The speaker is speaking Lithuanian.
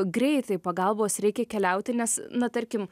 greitai pagalbos reikia keliauti nes na tarkim